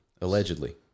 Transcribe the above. Allegedly